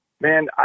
man